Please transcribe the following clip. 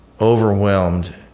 overwhelmed